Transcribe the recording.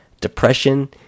depression